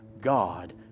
God